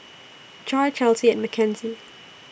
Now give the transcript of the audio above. Joy Chelsy and Mackenzie